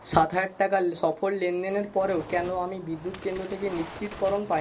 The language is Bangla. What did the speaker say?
সাত হাজার টাকার সফল লেনদেনের পরেও কেন আমি বিদ্যুৎকেন্দ্র থেকে নিশ্চিতকরণ পাইনি